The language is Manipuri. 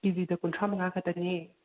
ꯀꯦꯖꯤꯗ ꯀꯨꯟꯊ꯭ꯔꯥ ꯃꯉꯥ ꯈꯛꯇꯅꯦ